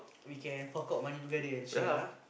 we can fork out money together and share ah